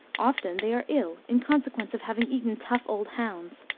often they are ill in consequence of having eaten tough old hounds,